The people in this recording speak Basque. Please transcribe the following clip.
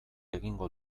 egingo